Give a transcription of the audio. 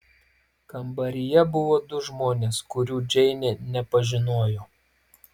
kambaryje buvo du žmonės kurių džeinė nepažinojo